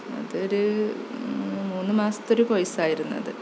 അതൊരു മൂന്നുമാസത്തെയൊരു കോഴ്സായിരുന്നു അത്